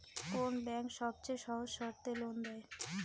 কোন ব্যাংক সবচেয়ে সহজ শর্তে লোন দেয়?